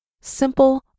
simple